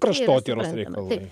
kraštotyros reikalai